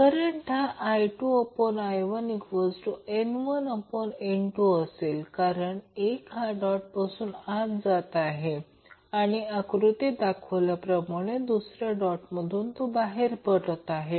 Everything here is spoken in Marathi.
करंट हा I2I1N1N2 असेल कारण 1 हा डॉटपासून आत जात आहे आणि आकृतीत दाखवल्या प्रमाणे दुसरा डॉट मधून बाहेर पडत आहे